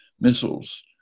missiles